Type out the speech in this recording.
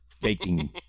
baking